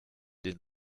den